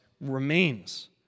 remains